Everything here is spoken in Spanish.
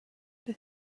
los